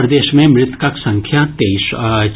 प्रदेश मे मृतकक संख्या तेइस अछि